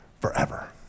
forever